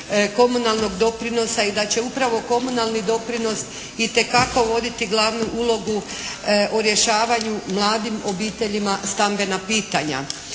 komunalnog doprinosa i da će upravo komunalni doprinos itekako voditi glavnu ulogu u rješavanju mladim obiteljima stambena pitanja.